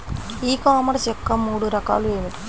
ఈ కామర్స్ యొక్క మూడు రకాలు ఏమిటి?